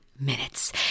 Minutes